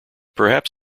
perhaps